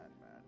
man